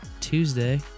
Tuesday